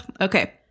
Okay